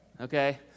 okay